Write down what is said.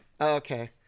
Okay